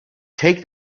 take